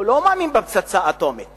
הוא לא מאמין בפצצה אטומית